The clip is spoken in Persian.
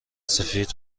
سفید